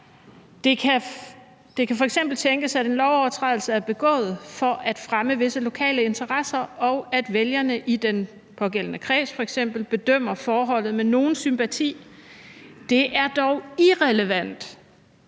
kan tænkes, at en lovovertrædelse er begået for at fremme visse lokale interesser, og at vælgerne i den pågældende kreds f.eks. bedømmer forholdet med nogen sympati, det er dog irrelevant,